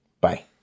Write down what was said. Bye